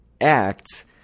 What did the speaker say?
acts